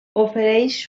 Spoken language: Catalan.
ofereix